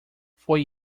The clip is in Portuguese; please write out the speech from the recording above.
foi